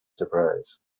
surprise